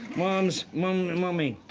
mum's, mummy mummy.